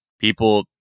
people